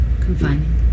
confining